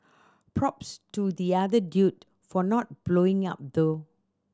props to the other dude for not blowing up though